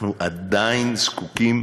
אנחנו עדיין זקוקים